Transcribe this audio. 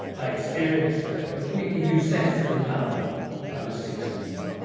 i experienced a completely new sense of empowerment i was sixteen.